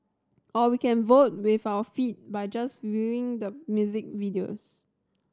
or we can vote with our feet by just viewing the music videos